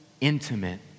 intimate